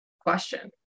question